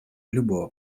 любого